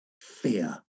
fear